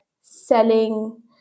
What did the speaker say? selling